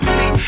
See